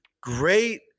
Great